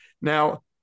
Now